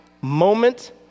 moment